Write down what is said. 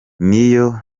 niyo